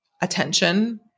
attention